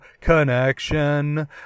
Connection